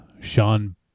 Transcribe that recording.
Sean